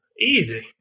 easy